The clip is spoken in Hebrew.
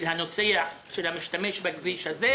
של המשתמש בכביש הזה,